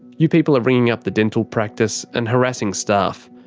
you people are ringing up the dental practice and harassing staff,